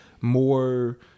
more